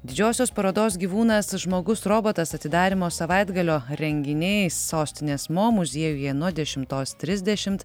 didžiosios parodos gyvūnas žmogus robotas atidarymo savaitgalio renginiai sostinės mo muziejuje nuo dešimtos trisdešimt